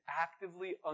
actively